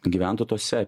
gyventų tose